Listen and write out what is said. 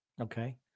Okay